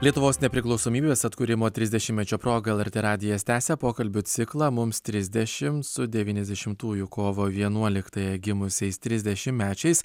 lietuvos nepriklausomybės atkūrimo trisdešimtmečio proga lrt radijas tęsia pokalbių ciklą mums trisdešimt su devyniasdešimtųjų kovo vienuoliktąją gimusiais trisdešimtmečiais